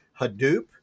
Hadoop